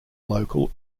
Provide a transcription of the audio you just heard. local